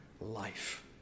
life